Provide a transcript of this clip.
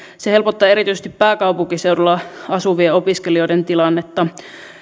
se helpottaa erityisesti pääkaupunkiseudulla asuvien opiskelijoiden tilannetta